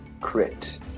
crit